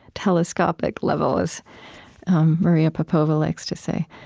telescopic level, as maria popova likes to say